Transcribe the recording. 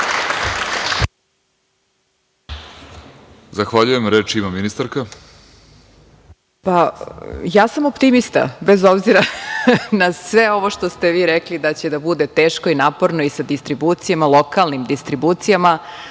Zahvaljujem. Reč ima ministarka. **Zorana Mihajlović** Ja sam optimista bez obzira na sve ovo što ste vi rekli da će da bude teško i naporno i sa distribucijama, lokalnim distribucijama,